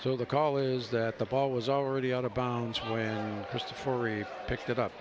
so the call is that the ball was already out of bounds where christopher picked it up